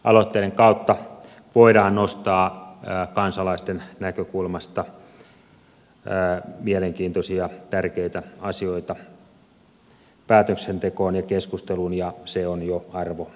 aloitteiden kautta voidaan nostaa kansalaisten näkökulmasta mielenkiintoisia tärkeitä asioita päätöksentekoon ja keskusteluun ja se on jo arvo sekin